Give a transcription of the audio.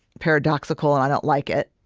paradoxical, and i don't like it,